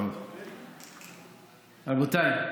רבותיי,